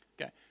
Okay